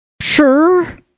sure